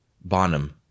Bonham